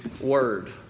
word